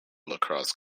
lacrosse